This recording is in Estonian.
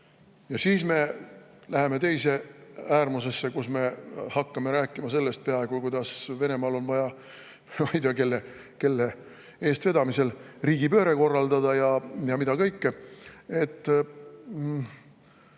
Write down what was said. siis me läheme teise äärmusesse, kus me hakkame rääkima peaaegu sellest, kuidas Venemaal on vaja ei tea kelle eestvedamisel riigipööre korraldada ja mida kõike.